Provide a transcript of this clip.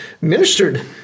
ministered